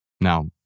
Now